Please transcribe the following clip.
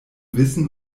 wissen